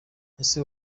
ese